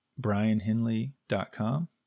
brianhenley.com